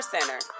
Center